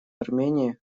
армении